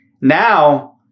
now